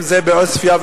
אם בעוספיא,